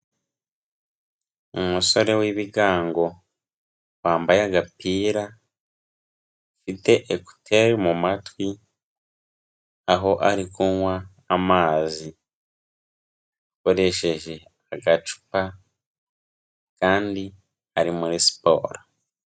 Umusore w'ibigango wambaye agapira ufite ekuteri mu matwi, aho ari kunywa amazi akoresheje agacupa, kandi ari muri siporo.